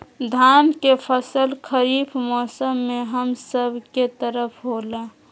धान के फसल खरीफ मौसम में हम सब के तरफ होला